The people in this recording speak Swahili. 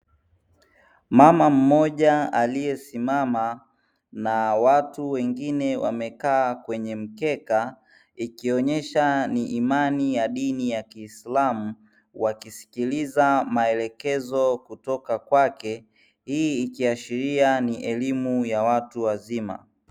Mama mmoja aliyesimama na watu wengine wamekaa kwenye mkeka, ikionyesha ni imani ya dini ya kiislamu, wakisikiliza maelekezo kutoka kwake; hii ikiashiria ni elimu ya watu wazima